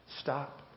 stop